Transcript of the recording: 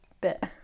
bit